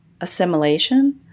assimilation